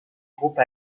groupe